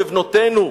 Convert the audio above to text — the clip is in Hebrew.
בבנותינו,